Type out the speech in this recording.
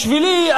בשבילי,